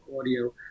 audio